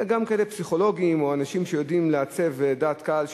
אלא גם כאלה פסיכולוגים או אנשים שיודעים לעצב דעת קהל,